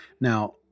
Now